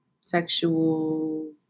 sexual